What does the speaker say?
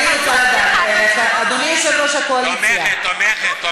אדוני יושב-ראש הקואליציה, תומכת.